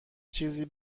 چیزی